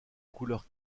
couleur